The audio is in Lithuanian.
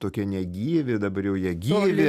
tokie negyvi dabar jau jie gyvi